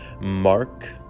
Mark